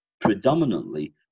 predominantly